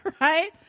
Right